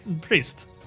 Priest